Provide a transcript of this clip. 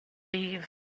thieves